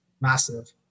massive